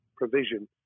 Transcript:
provision